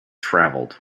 travelled